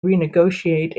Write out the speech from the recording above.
renegotiate